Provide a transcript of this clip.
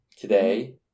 today